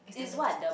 it's damn disgusting